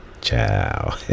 Ciao